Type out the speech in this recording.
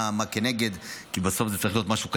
מה כנגד, כי בסוף זה צריך להיות משהו כלכלי.